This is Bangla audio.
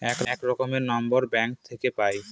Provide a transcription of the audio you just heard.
এক রকমের নম্বর ব্যাঙ্ক থাকে পাই